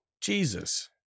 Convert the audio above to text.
Jesus